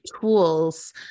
tools